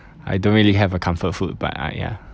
I don't really have a comfort food but ah ya